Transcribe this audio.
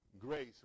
grace